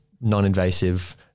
non-invasive